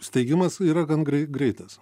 steigimas yra gan grei greitas